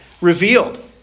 Revealed